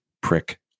prick